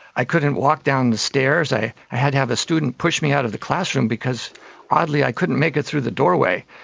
i couldn't walk down the stairs, i i had to have a student push me out of the classroom because oddly i couldn't make it through the doorway.